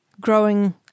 growing